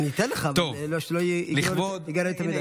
אני אתן לך, אבל שלא יהיה יותר מדי.